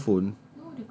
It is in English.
casing to your phone